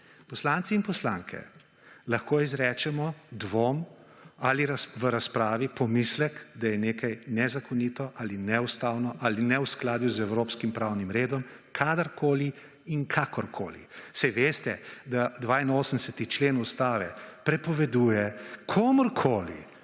Poslanci in poslanke lahko izrečemo dvom ali v razpravi pomislek, da je nekaj nezakonito ali neustavno ali ne v skladu z evropskim pravnim redom, kadarkoli in kakorkoli. Saj veste, da 82. člen Ustave prepoveduje komurkoli,